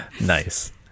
nice